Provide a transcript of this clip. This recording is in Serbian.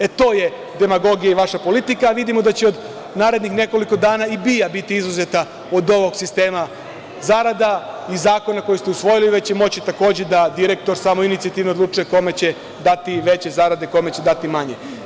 E, to je demagogija i vaša politika, a vidimo da će narednih nekoliko dana i BIA biti izuzeta od ovog sistema zarada i zakona koji ste usvojili i da će moći takođe da direktor samoinicijativno da odlučuje kome će dati veće zarade, kome će dati manje.